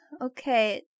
Okay